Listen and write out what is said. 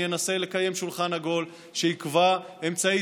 אני אנסה לקיים שולחן עגול שיקבע אמצעי